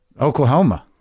Oklahoma